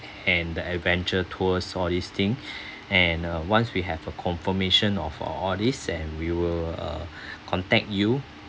and the adventure tours all this thing and uh once we have a confirmation of all all this and we will uh contact you